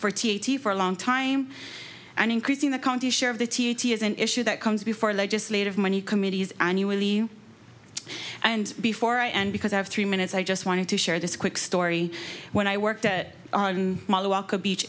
t for a long time and increasing the county's share of the t t is an issue that comes before a legislative many committees annually and before i am because i have three minutes i just wanted to share this quick story when i worked at the waca beach